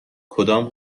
کدام